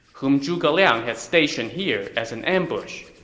whom zhuge liang had stationed here as an ambush.